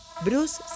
Bruce